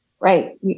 right